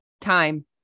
time